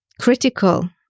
critical